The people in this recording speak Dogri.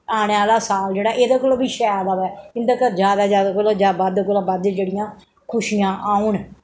औने आह्ला साल जेह्ड़ा एह्दे कोला बी शैल आवै इं'दे घर जैदा जैदा कोला ज बद्ध कोला बद्द जेह्ड़ियां खुशियां औन